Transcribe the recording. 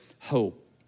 hope